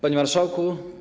Panie Marszałku!